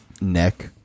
neck